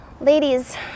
Ladies